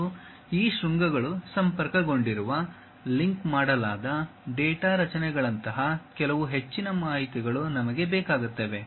ಮತ್ತು ಈ ಶೃಂಗಗಳು ಸಂಪರ್ಕಗೊಂಡಿರುವ ಲಿಂಕ್ ಮಾಡಲಾದ ಡೇಟಾ ರಚನೆಗಳಂತಹ ಕೆಲವು ಹೆಚ್ಚಿನ ಮಾಹಿತಿಗಳು ನಮಗೆ ಬೇಕಾಗುತ್ತವೆ